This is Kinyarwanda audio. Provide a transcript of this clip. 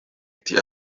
ati